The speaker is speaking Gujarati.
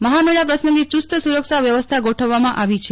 મહામેળા પ્રસંગે ચુસ્ત સુરક્ષા વ્યવસ્થા ગોઠવવામાં આવી છે